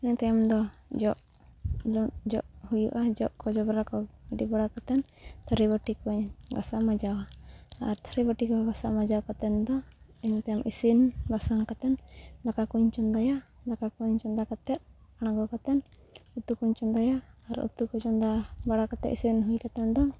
ᱤᱱᱟᱹ ᱛᱟᱭᱚᱢ ᱫᱚ ᱡᱚᱜ ᱡᱚᱜ ᱦᱩᱭᱩᱜᱼᱟ ᱡᱚᱜ ᱠᱚ ᱡᱚᱵᱽᱨᱟ ᱠᱚ ᱜᱤᱰᱤ ᱵᱟᱲᱟ ᱠᱟᱛᱮᱫ ᱛᱷᱟᱹᱨᱤ ᱵᱟᱹᱴᱤ ᱠᱚᱧ ᱜᱟᱥᱟᱣ ᱢᱟᱡᱟᱣᱟ ᱟᱨ ᱛᱷᱟᱹᱨᱤ ᱵᱟᱹᱴᱤ ᱠᱚ ᱜᱟᱥᱟᱣ ᱢᱟᱡᱟᱣ ᱠᱟᱛᱮᱱ ᱫᱚ ᱤᱱᱟᱹ ᱛᱟᱭᱚᱢ ᱤᱥᱤᱱ ᱵᱟᱥᱟᱝ ᱠᱟᱛᱮᱫ ᱫᱟᱠᱟ ᱠᱚᱧ ᱪᱚᱸᱫᱟᱭᱟ ᱫᱟᱠᱟ ᱠᱚᱧ ᱪᱚᱸᱫᱟ ᱠᱟᱛᱮ ᱟᱬᱜᱚ ᱠᱟᱛᱮ ᱩᱛᱩ ᱠᱚᱧ ᱪᱚᱸᱫᱟᱭᱟ ᱟᱨ ᱩᱛᱩ ᱠᱚ ᱪᱚᱸᱫᱟ ᱵᱟᱲᱟ ᱠᱟᱛᱮᱫ ᱤᱥᱤᱱ ᱦᱩᱭ ᱠᱟᱛᱮᱫ ᱫᱚ